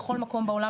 בכל מקום בעולם,